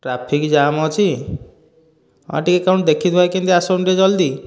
traffic jam ଅଛି ହଁ ଟିକେ କଣ ଦେଖିଦୁଖା କେମିତି ଆସନ୍ତୁ ଟିକେ ଜଲ୍ଦି